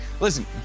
listen